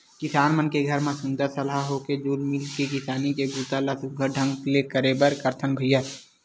किसान मन के घर म सुनता सलाह होके जुल मिल के किसानी के बूता ल सुग्घर ढंग ले करबे करथन भईर